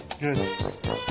Good